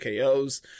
KOs